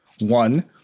One